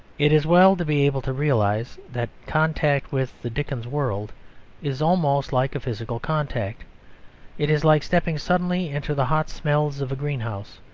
it is well to be able to realise that contact with the dickens world is almost like a physical contact it is like stepping suddenly into the hot smells of a greenhouse,